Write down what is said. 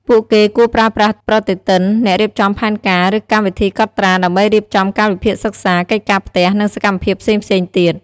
ពួកគេគួរប្រើប្រាស់ប្រតិទិន អ្នករៀបចំផែនការ ឬកម្មវិធីកត់ត្រា ដើម្បីរៀបចំកាលវិភាគសិក្សា កិច្ចការផ្ទះ និងសកម្មភាពផ្សេងៗទៀត។